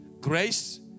grace